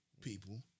people